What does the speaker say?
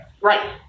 Right